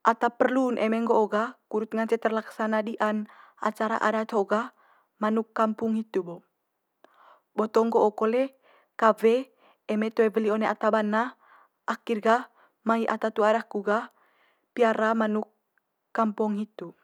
Ata perlu'n eme nggo'o ga kudut ngance terlaksana di'an acara adat ho'o ga manuk kampong hitu bo. Boto nggo'o kole kawe eme toe weli one ata bana akhir ga mai ata tu'a daku ga piara manuk kampong hitu.